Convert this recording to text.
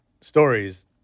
stories